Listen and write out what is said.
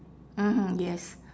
mmhmm yes